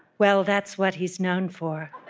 well, that's what he's known for